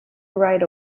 right